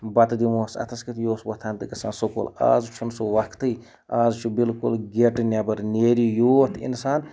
بَتہٕ دِمہٕ ہوس اَتھَس کیتھ یہِ اوس وۄتھان تہٕ گژھان سکوٗل اَز چھُنہٕ سُہ وقتٕے اَز چھِ بلکل گیٹہٕ نٮ۪بَر نیری یوت اِنسان